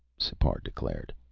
sipar declared.